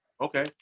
okay